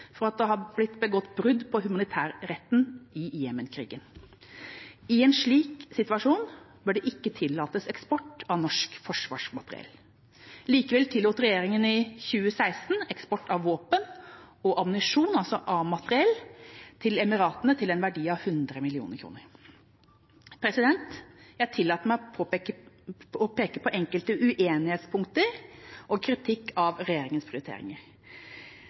for at det har blitt begått brudd på humanitærretten i krigen i Jemen. I en slik situasjon bør det ikke tillates eksport av norsk forsvarsmateriell. Likevel tillot regjeringa i 2016 eksport av våpen og ammunisjon, altså A-materiell, til Emiratene til en verdi av 100 mill. kr. Jeg tillater meg å peke på enkelte uenighetspunkter og kritikk av regjeringas prioriteringer.